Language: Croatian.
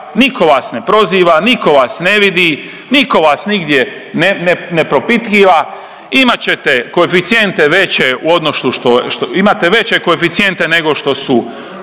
nitko vas ne proziva, nitko vas ne vidi, nitko vas nigdje ne propitkiva. Imat ćete koeficijente veće u